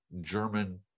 German